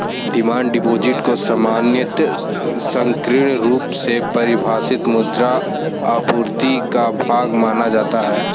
demand deposit को सामान्यतः संकीर्ण रुप से परिभाषित मुद्रा आपूर्ति का भाग माना जाता है